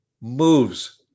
moves